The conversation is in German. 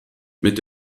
mit